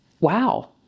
Wow